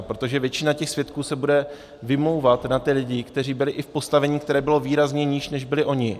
Protože většina těch svědků se bude vymlouvat na ty lidi, kteří byli i v postavení, které bylo výrazně níž, než byli oni.